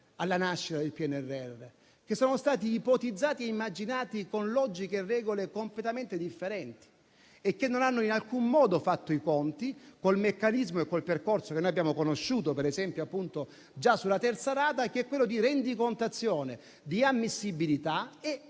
della nascita del PNRR, che sono stati ipotizzati e immaginati con logiche e regole completamente differenti e che non hanno in alcun modo fatto i conti con il meccanismo e con il percorso che noi abbiamo conosciuto, ad esempio già sulla terza rata, che è quello di rendicontazione, di ammissibilità e